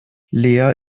lea